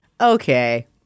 Okay